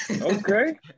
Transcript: Okay